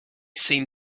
seen